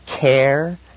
care